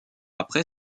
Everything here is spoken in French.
après